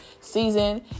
season